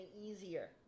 easier